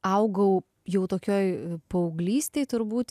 augau jau tokioj paauglystėj turbūt